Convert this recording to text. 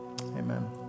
Amen